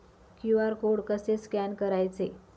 QR code कसे scan करायचे?